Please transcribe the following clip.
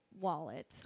Wallet